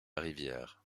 rivière